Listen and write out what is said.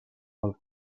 pel